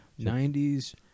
90s